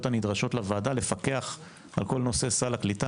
הנדרשות לוועדה לפקח על כל נושא סל הקליטה,